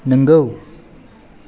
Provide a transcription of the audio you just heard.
नंगौ